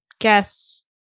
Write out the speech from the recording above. guess